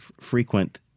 frequent